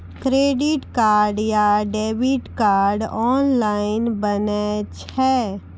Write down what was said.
Credit card या debit card online बनै छै?